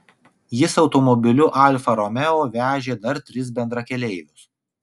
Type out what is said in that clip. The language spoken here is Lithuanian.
jis automobiliu alfa romeo vežė dar tris bendrakeleivius